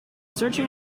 searching